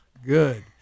Good